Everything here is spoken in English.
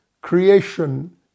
creation